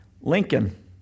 Lincoln